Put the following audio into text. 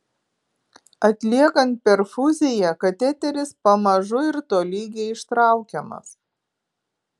atliekant perfuziją kateteris pamažu ir tolygiai ištraukiamas